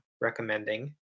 recommending